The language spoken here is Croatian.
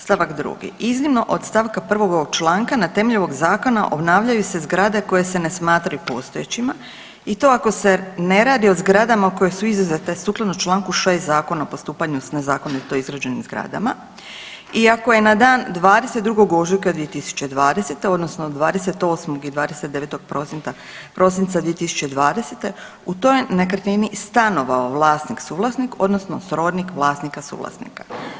Stavak 2. Iznimno od stavka 1. ovog članka na temelju ovog zakona obnavljaju se zgrade koje se ne smatraju postojećima i to ako se ne radi o zgradama koje su izuzete sukladno Članku 6. Zakona o postupanju s nezakonito izgrađenim zgradama i ako je na dan 22. ožujka 2020. odnosno 28. i 29. prosinca 2020. u toj nekretnini stanovao vlasnik, suvlasnik odnosno srodnik vlasnika, suvlasnika.